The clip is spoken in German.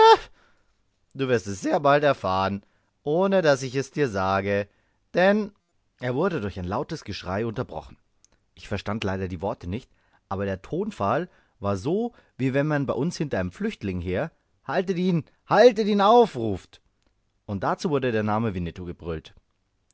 du wirst es sehr bald erfahren ohne daß ich es dir sage denn er wurde durch ein lautes geschrei unterbrochen ich verstand leider die worte nicht aber der tonfall war so wie wenn man bei uns hinter einem flüchtlinge her haltet ihn auf haltet ihn auf ruft und dazu wurde der name winnetou gebrüllt